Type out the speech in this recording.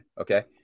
okay